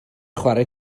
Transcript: chwarae